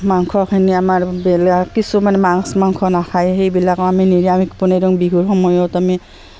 মাংসখিনি আমাৰ বেলেগ কিছুমানে মাংছ মাংস নাখায় সেইবিলাকো আমি নিৰামিষ বনেই দিওঁ বিহুৰ সময়ত আমি